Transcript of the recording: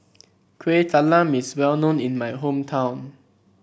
Kueh Talam is well known in my hometown